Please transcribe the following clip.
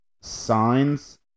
signs